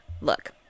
look